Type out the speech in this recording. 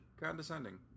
condescending